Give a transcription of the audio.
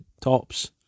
tops